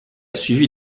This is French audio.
suivi